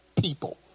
people